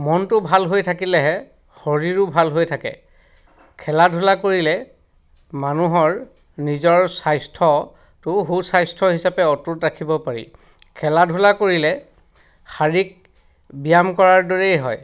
মনটো ভাল হৈ থাকিলেহে শৰীৰো ভাল হৈ থাকে খেলা ধূলা কৰিলে মানুহৰ নিজৰ স্বাস্থ্যটো সুস্বাস্থ্য হিচাপে অটুট ৰাখিব পাৰি খেলা ধূলা কৰিলে শাৰীৰিক ব্যায়াম কৰাৰ দৰেই হয়